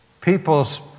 People's